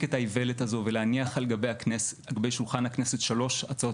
את האיוולת הזאת ולהניח על גבי שולחן הכנסת שלוש הצעות